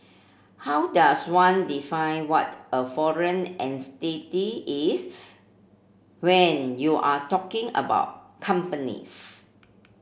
how does one define what a foreign entity is when you're talking about companies